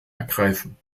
ergreifen